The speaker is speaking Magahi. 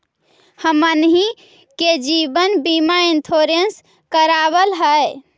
हमनहि के जिवन बिमा इंश्योरेंस करावल है?